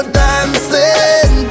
dancing